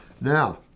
Now